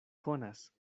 konas